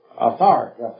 authority